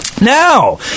Now